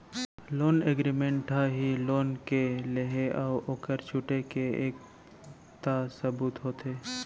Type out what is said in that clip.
loan agreement ह ही loan के लेहे अउ ओखर छुटे के एक पुखता सबूत होथे